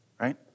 right